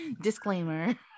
Disclaimer